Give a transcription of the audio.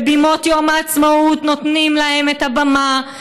ובבימות יום העצמאות נותנים להם את הבמה,